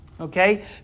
okay